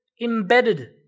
embedded